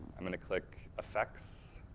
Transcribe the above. i'm going to click effects,